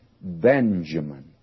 Benjamin